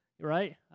right